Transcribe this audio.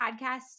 podcast